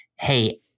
hey